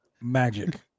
Magic